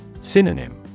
Synonym